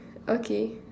okay